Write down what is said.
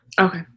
Okay